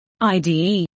IDE